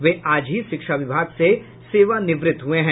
वे आज ही शिक्षा विभाग से सेवानिवृत्त हुए हैं